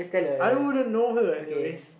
I wouldn't know her anyways